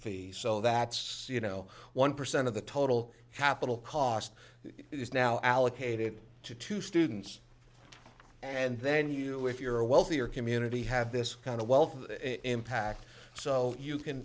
fee so that's you know one percent of the total capital cost is now allocated to two students and then you if you're a wealthier community have this kind of wealth impact so you can